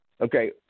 okay